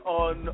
on